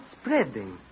spreading